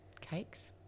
cakes